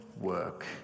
work